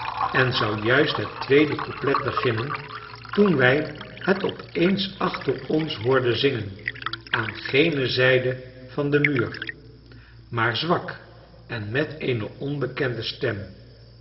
en zou juist het tweede couplet beginnen toen wij het opeens achter ons hoorden zingen aan gene zijde van den muur maar zwak en met eene onbekende stem